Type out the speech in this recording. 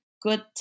good